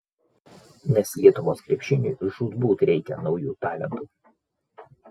nes lietuvos krepšiniui žūtbūt reikia naujų talentų